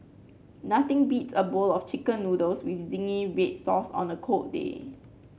nothing beats a bowl of chicken noodles with zingy red sauce on a cold day